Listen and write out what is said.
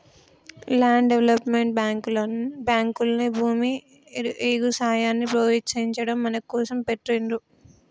land development బ్యేంకుల్ని భూమి, ఎగుసాయాన్ని ప్రోత్సహించడం కోసం పెట్టిండ్రు